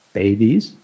babies